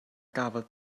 gafodd